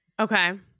okay